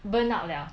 burn out liao